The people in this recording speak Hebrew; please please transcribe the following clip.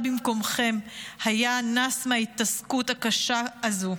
כל אחד במקומכם היה נס מההתעסקות הקשה הזו,